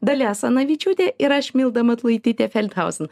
dalia asanavičiūtė ir aš milda matulaitytė feldhausen